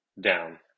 down